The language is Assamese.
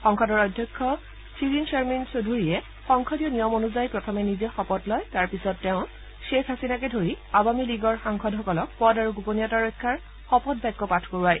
সংসদৰ অধ্যক্ষ শ্বিৰিনশৰ্মিন চৌধুৰীয়ে সংসদীয় নিয়ম অনুযায়ী প্ৰথমে নিজে শপত লয় তাৰপিছত তেওঁ শ্বেখ হাছিনাকে ধৰি আবামি লীগৰ সাংসদসকলক পদ আৰু গোপনীয়তা ৰক্ষাৰ শপত বাক্য পাঠ কৰোৱায়